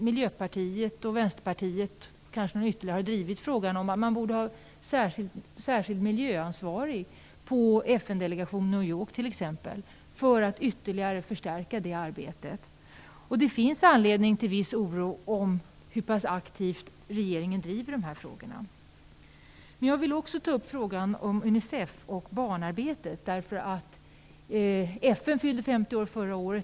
Miljöpartiet och Vänsterpartiet - och kanske ytterligare några - har drivit frågan om att det borde finnas en särskilt miljöansvarig på FN-delegationen i New York t.ex. för att ytterligare förstärka det arbetet. Det finns anledning till viss oro här. Man kan alltså undra hur pass aktivt regeringen driver de frågorna. Jag vill också ta upp frågan om Unicef och barnarbetet. FN fyllde ju 50 år förra året.